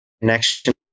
connection